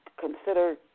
consider